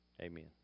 amen